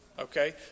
Okay